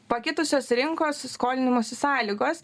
pakitusios rinkos skolinimosi sąlygos